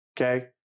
Okay